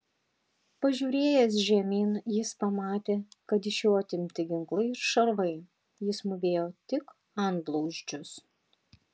pažiūrėjęs žemyn jis pamatė kad iš jo atimti ginklai ir šarvai jis mūvėjo tik antblauzdžius